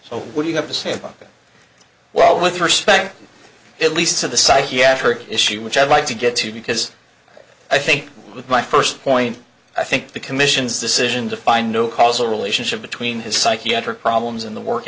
so what you have to say about that well with respect at least to the psychiatric issue which i'd like to get to because i think with my first point i think the commission's decision to find no causal relationship between his psychiatric problems in the work